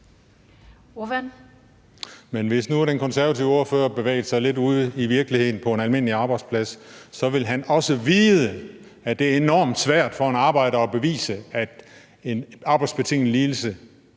hvis nu den konservative ordfører bevægede sig lidt ud i virkeligheden på en almindelig arbejdsplads, ville han også vide, at det er enormt svært for en arbejder at bevise, at en arbejdsbetinget lidelse